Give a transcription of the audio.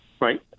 right